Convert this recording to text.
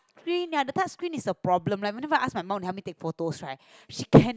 screen the touchscreen is a problem right like whenever I asked my mum to help me take photo right she can